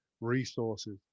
resources